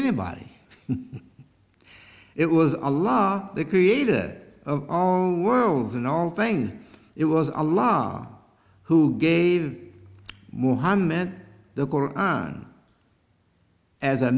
anybody it was a law the creator of all worlds and all vain it was a law who gave mohammad